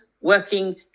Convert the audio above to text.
working